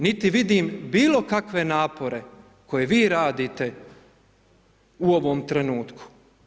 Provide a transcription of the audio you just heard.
Niti vidim bilo kakve napore koje vi radite u ovom trenutku.